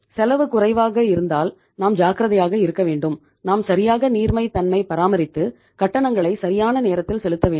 செலவு குறைவாக இருந்தால் நாம் ஜாக்கிரதையாக இருக்க வேண்டும் நாம் சரியாக நீர்மை தன்மை பராமரித்து கட்டணங்களை சரியான நேரத்தில் செலுத்த வேண்டும்